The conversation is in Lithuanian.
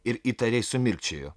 ir įtariai sumirkčiojo